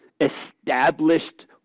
established